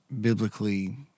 biblically